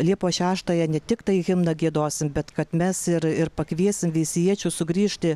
liepos šeštąją ne tiktai himną giedosim bet kad mes ir ir pakviesim veisiejiečius sugrįžti